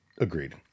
agreed